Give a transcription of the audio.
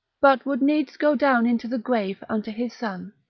but would needs go down into the grave unto his son,